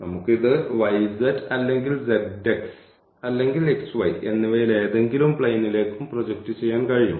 നമുക്ക് ഇത് yz അല്ലെങ്കിൽ zx അല്ലെങ്കിൽ xy എന്നിവയിലേതെങ്കിലും പ്ലെയ്നിലേക്കും പ്രൊജക്റ്റ് ചെയ്യാൻ കഴിയും